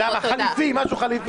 אפשר לדעת